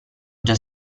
già